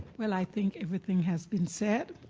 well, i think everything has been said.